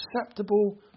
acceptable